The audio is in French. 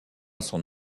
son